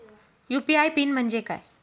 UPI PIN म्हणजे काय?